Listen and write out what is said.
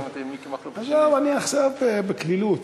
אני עכשיו בקלילות.